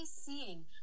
seeing